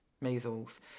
measles